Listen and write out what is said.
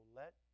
let